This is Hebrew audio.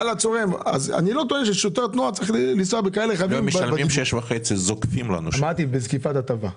לא משלמים 6,500 אלא זוקפים לנו 6,500. אמרתי בזקיפת הטבה.